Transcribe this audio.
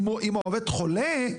אם העובד חולה,